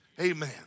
Amen